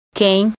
quem